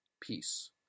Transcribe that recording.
peace